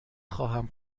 خواهم